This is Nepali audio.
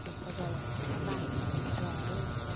त्यस्तो गर्यो भने त बाँच्छ कुखुराहरू